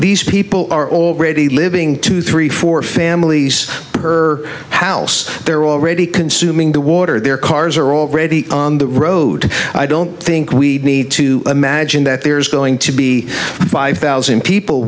these people are already living two three four families her house they're already consuming the water their cars are already on the road i don't think we need to imagine that there's going to be five thousand people